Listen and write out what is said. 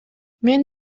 мен